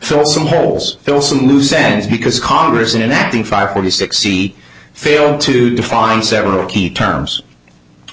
still some holes still some loose ends because congress in enacting five forty six c failed to define several key terms